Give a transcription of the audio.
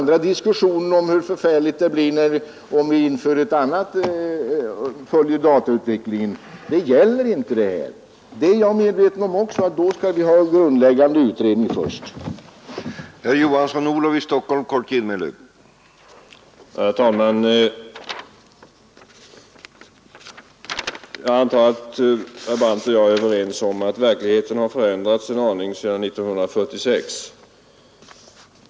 Diskussionen om vilka konsekvenser datautvecklingen kommer att få gäller inte den här frågan. Jag är också medveten om att vi behöver en grundläggande utredning inför framtidens datautveckling.